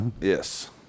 Yes